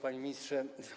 Panie Ministrze!